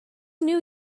new